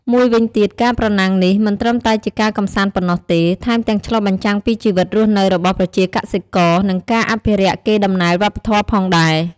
មួយវិញទៀតការប្រណាំងនេះមិនត្រឹមតែជាការកម្សាន្តប៉ុណ្ណោះទេ ថែមទាំងឆ្លុះបញ្ចាំងពីជីវិតរស់នៅរបស់ប្រជាកសិករ និងការអភិរក្សកេរដំណែលវប្បធម៌ផងដែរ។